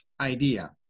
idea